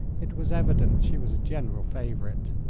it was evident she was a general favorite.